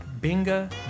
Binga